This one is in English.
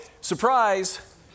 surprise